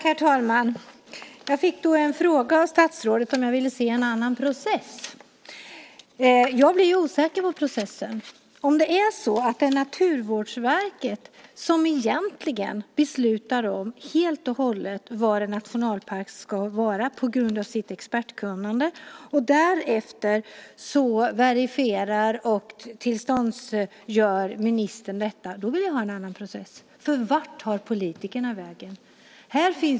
Herr talman! Jag fick en fråga av statsrådet om jag ville se en annan process. Jag blir osäker på processen. Om det helt och hållet är Naturvårdsverket som på grund av sitt expertkunnande beslutar om var en nationalpark ska ligga och ministern sedan bara verifierar och genomför beslutet, då vill jag definitivt ha en annan process. Vart tar politikerna vägen?